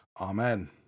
Amen